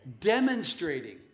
Demonstrating